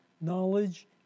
knowledge